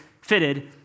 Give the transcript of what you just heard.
fitted